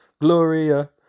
Gloria